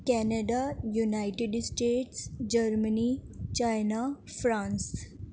Canada United States Germany China France